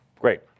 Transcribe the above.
Great